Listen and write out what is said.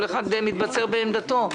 כל אחד מתבצר בעמדתו.